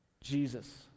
Jesus